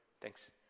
thanks